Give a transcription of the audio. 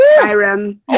Skyrim